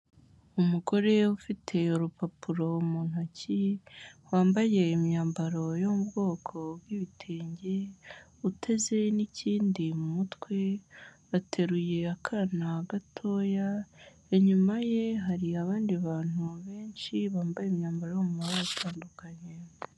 Umugore ufite urupapuro mu ntoki, wambaye imyambaro yo mu bwoko bw'ibitenge uteze n'ikindi mu mutwe, ateruye akana gatoya, inyuma ye hari abandi bantu benshi bambaye imyambaro yo mu mabara atandukanye.